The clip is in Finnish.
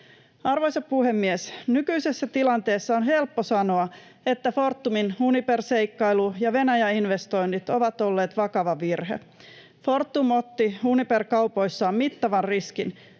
Arvoisa puhemies! Nykyisessä tilanteessa on helppo sanoa, että Fortumin Uniper-seikkailu ja Venäjä-investoinnit ovat olleet vakava virhe. Fortum otti Uniper-kaupoissaan mittavan riskin